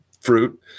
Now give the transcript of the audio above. fruit